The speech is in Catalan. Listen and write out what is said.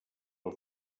del